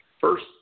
First